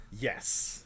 Yes